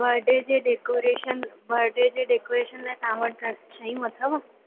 birthday जी decoration birthday जी decoration लाइ तव्हां वटि शयूं अथव